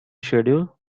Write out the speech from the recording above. schedule